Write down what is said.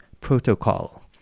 protocol